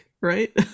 right